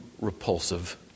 repulsive